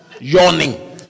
yawning